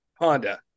Honda